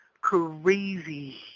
crazy